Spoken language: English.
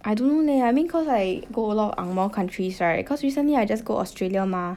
I don't know leh I mean cause I go a lot of ang moh countries right cause recently I just go Australia mah